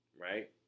right